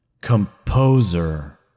Composer